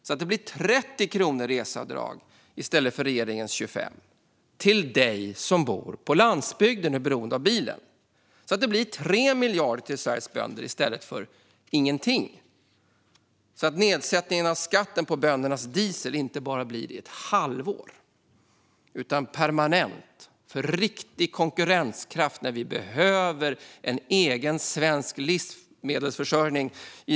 Då blir det ett reseavdrag på 30 kronor, i stället för regeringens 25, till dig som bor på landsbygden och är beroende av bilen. Då blir det 3 miljarder till Sveriges bönder, i stället för ingenting. Då gäller nedsättningen av skatten på böndernas diesel inte bara ett halvår, utan den blir permanent. Då blir det en riktig konkurrenskraft när vi i detta svåra säkerhetspolitiska läge behöver egen svensk livsmedelsförsörjning.